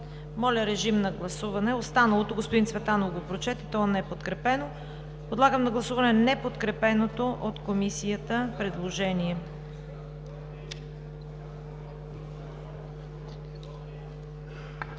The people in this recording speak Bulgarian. предложение т. 1.1, останалото господин Цветанов го прочете, то е неподкрепено. Подлагам на гласуване неподкрепеното от Комисията предложение.